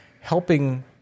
helping